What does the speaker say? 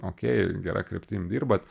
okei gera kryptim dirbat